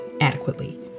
adequately